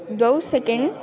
द्वौ सेकेण्ड्